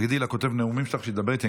תגידי לכותב הנאומים שלך שידבר איתי.